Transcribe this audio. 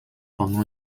pendant